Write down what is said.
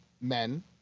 men